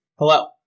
Hello